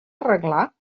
arreglar